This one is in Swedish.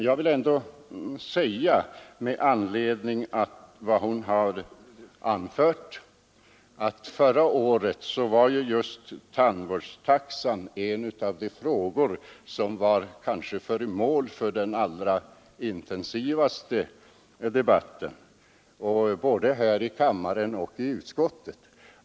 Jag vill ändå med anledning av vad hon anfört säga att tandvårdstaxan var en av de frågor som var föremål för den intensivaste debatten förra året, både här i kammaren och i utskottet.